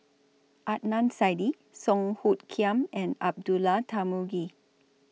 Adnan Saidi Song Hoot Kiam and Abdullah Tarmugi